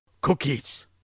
Cookies